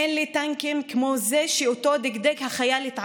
אין לי טנקים כמו זה שאיתו / דגדג החייל את עזה,